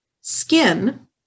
Skin